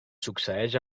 succeeix